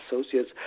associates